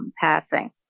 passing